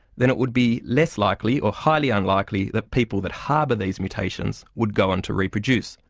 then it would be less likely or highly unlikely that people that harbour these mutations would go on to reproduce.